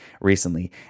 recently